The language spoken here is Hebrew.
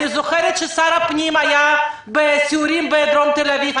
אני זוכרת ששר הפנים היה בסיורים בדרום תל אביב.